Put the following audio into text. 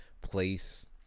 place